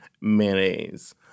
mayonnaise